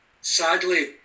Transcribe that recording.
Sadly